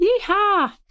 Yeehaw